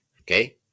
Okay